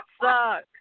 suck